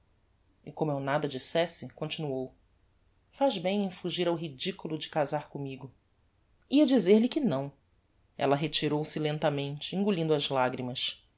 e como eu nada dissesse continuou faz bem em fugir ao ridículo de casar commigo ia dizer-lhe que não ella retirou-se lentamente engolindo as lagrimas